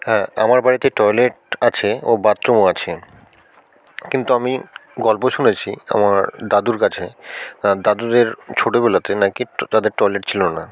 হ্যাঁ আমার বাড়িতে টয়লেট আছে ও বাথরুমও আছে কিন্তু আমি গল্প শুনেছি আমার দাদুর কাছে দাদুদের ছোটোবেলাতে না কি তাদের টয়লেট ছিলো না